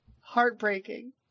heartbreaking